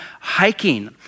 hiking